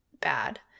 bad